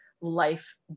life